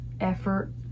effort